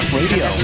radio